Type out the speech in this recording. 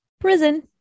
prison